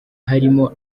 harimo